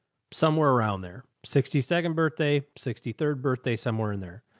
somewhere around there, sixty second birthday, sixty third birthday, somewhere in there.